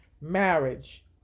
Marriage